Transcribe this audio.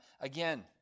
again